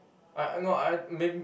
I no I mayb~